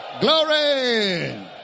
Glory